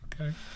Okay